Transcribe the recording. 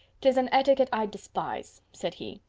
tis an etiquette i despise, said he.